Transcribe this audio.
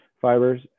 fibers